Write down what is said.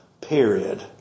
Period